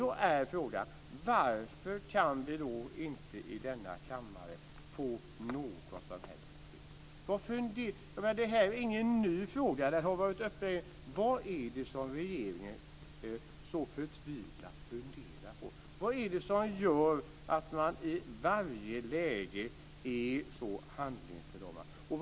Då är frågan: Varför kan vi inte i denna kammare få något som helst besked? Det är ingen ny fråga. Den har varit uppe. Vad är det som regeringen så förtvivlat funderar på? Vad är det som gör att man i varje läge är så handlingsförlamad?